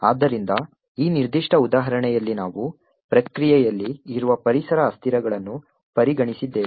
ಆದ್ದರಿಂದ ಈ ನಿರ್ದಿಷ್ಟ ಉದಾಹರಣೆಯಲ್ಲಿ ನಾವು ಪ್ರಕ್ರಿಯೆಯಲ್ಲಿ ಇರುವ ಪರಿಸರ ಅಸ್ಥಿರಗಳನ್ನು ಪರಿಗಣಿಸಿದ್ದೇವೆ